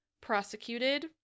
prosecuted